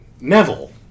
Neville